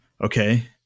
okay